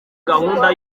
gahunda